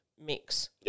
mix